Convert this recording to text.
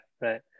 right